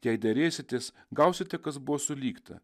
jei derėsitės gausite kas buvo sulygta